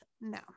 No